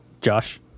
Josh